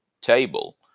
table